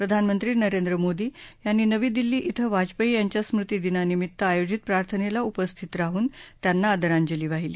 प्रधानमंत्री नरेंद्र मोदी यांनी नवी दिल्ली कें वाजपेयी यांच्या स्मृतीदिनानिमित्त आयोजित प्रार्थनेला उपस्थित राहून त्यांना आदरांजली वाहिली